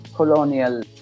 colonial